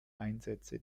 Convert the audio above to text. einsätze